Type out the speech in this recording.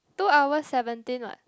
two hours seventeen what